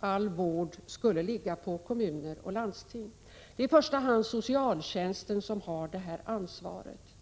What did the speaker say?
all vård skulle ligga på kommuner och landsting. Det är i första hand socialtjänsten som har detta ansvar.